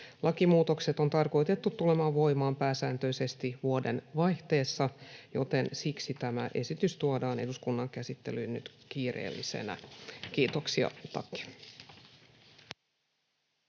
Lakimuutokset on tarkoitettu tulemaan voimaan pääsääntöisesti vuoden vaihteessa, joten siksi tämä esitys tuodaan nyt eduskunnan käsittelyyn kiireellisenä. — Kiitoksia,